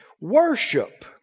Worship